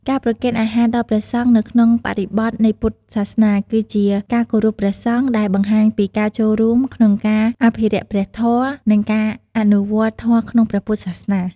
ការប្រគេនអាហារដល់ព្រះសង្ឃនៅក្នុងបរិបទនៃពុទ្ធសាសនា គឺជាការគោរពព្រះសង្ឃ ដែលបង្ហាញពីការចូលរួមក្នុងការអភិរក្សព្រះធម៌ និងការអនុវត្តធម៌ក្នុងព្រះពុទ្ធសាសនា។